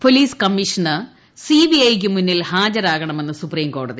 police commissioner C B I ക്ക് മുന്നിൽ ഹാജരാകണമെന്ന് സുപ്രീംകോടതി